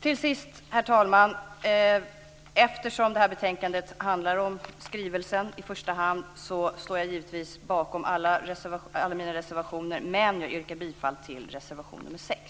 Till sist, herr talman, vill jag eftersom detta betänkande i första hand handlar om skrivelsen säga att jag givetvis står bakom alla mina reservationer, men jag yrkar bifall till reservation nr 6.